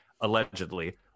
allegedly